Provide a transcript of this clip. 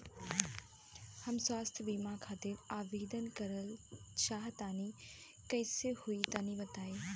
हम स्वास्थ बीमा खातिर आवेदन करल चाह तानि कइसे होई तनि बताईं?